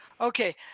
Okay